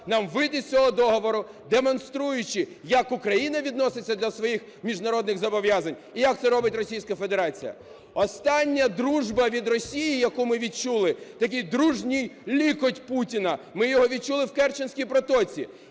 нам вийти з цього договору, демонструючи, як Україна відноситься до своїх міжнародних зобов'язань і як це робить Російська Федерація. Остання дружба від Росії, яку ми відчули, такий "дружній лікоть Путіна", ми його відчули в Керченській протоці.